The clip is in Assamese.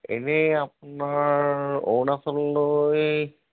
এনেই আপোনাৰ অৰুণাচললৈ